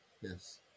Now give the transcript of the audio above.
Yes